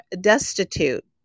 destitute